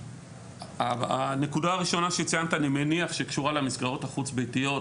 אני מניח שהנקודה הראשונה שציינת קשורה למסגרות החוץ-ביתיות,